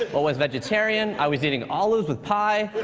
what was vegetarian. i was eating olives with pie.